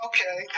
Okay